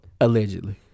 Allegedly